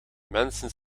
mensen